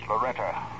Loretta